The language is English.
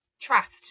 Trust